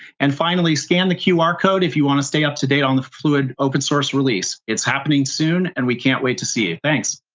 and finally, scan the qr code if you want to stay up to date on the fluid open source release. it's happening soon, and we can't wait to see you. thanks.